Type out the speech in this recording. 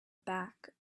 back